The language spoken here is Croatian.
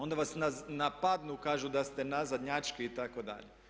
Onda vas napadnu, kažu da ste nazadnjački itd.